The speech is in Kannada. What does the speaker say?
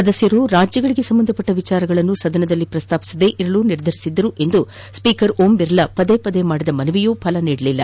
ಸದಸ್ಯರು ರಾಜ್ಯಗಳಿಗೆ ಸಂಬಂಧಿಸಿದ ವಿಷಯಗಳನ್ನು ಸದನದಲ್ಲಿ ಪ್ರಸ್ತಾಪಿಸದಿರಲು ನಿರ್ಧರಿಸಿದ್ದರು ಎಂದು ಸ್ವೀಕರ್ ಓಂ ಬಿರ್ಲಾ ಪದೇ ಪದೇ ಮಾಡಿದ ಮನವಿಯೂ ಫಲ ನೀಡಲಿಲ್ಲ